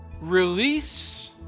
release